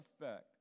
effect